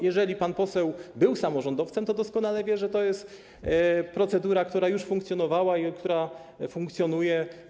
Jeżeli pan poseł był samorządowcem, to doskonale wie, że to jest procedura, która już funkcjonowała i która funkcjonuje.